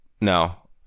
no